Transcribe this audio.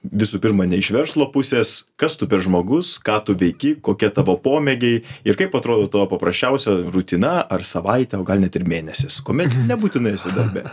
visų pirma ne iš verslo pusės kas tu per žmogus ką tu veiki kokie tavo pomėgiai ir kaip atrodo tavo paprasčiausia rutina ar savaitė o gal net ir mėnesis kuomet nebūtinai esi darbe